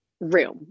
room